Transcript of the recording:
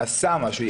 נעשה משהו,